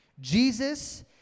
Jesus